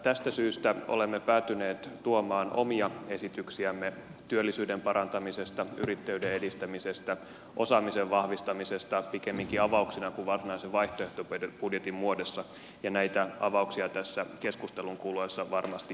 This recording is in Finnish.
tästä syystä olemme päätyneet tuomaan omia esityksiämme työllisyyden parantamisesta yrittäjyyden edistämisestä osaamisen vahvistamisesta pikemminkin avauksena kuin varsinaisen vaihtoehtobudjetin muodossa ja näitä avauksia tässä keskustelun kuluessa varmasti esitellään